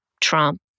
Trump